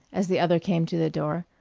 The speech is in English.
as the other came to the door,